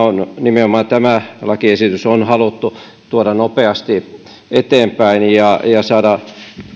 nimenomaan tämä lakiesitys on haluttu tuoda nopeasti eteenpäin ja saada